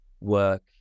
work